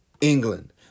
England